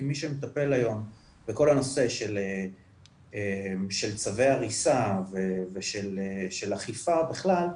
כי מי שמטפל היום בכל הנושא של צווי הריסה ושל אכיפה בכלל,